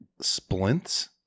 splints